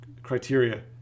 criteria